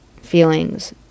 feelings